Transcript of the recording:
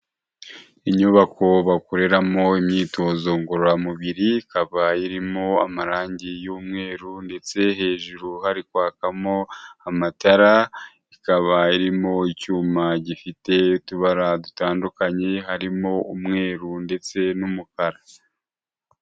Inyubako bakoreramo imyitozo ngororamubiri, ikaba irimo amarangi y'umweru ndetse hejuru hari kwakamo amatara ikaba irimo icyuma gifite utubara dutandukanye harimo umweru ndetse n'umukara.